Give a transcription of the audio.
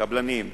קבלנים,